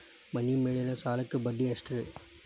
ಮನಿ ಮೇಲಿನ ಸಾಲಕ್ಕ ಬಡ್ಡಿ ಎಷ್ಟ್ರಿ?